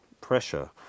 pressure